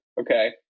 okay